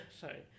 Sorry